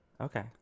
Okay